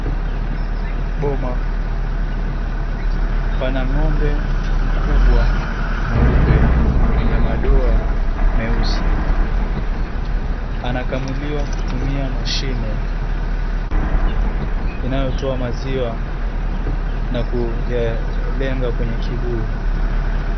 Boma. Pana ng'ombe mkubwa mweupe mwenye madoa meusi, anakamuliwa kutumia mashine inayotoa maziwa na kuyalenga kwenye kibuyu.